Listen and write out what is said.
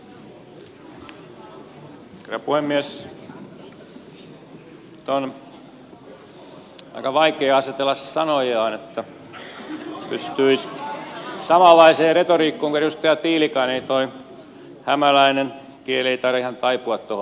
nyt on aika vaikea asetella sanojaan niin että pystyisi samanlaiseen retoriikkaan kuin edustaja tiilikainen hämäläinen kieli ei taida ihan taipua tuohon